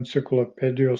enciklopedijos